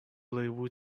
laivų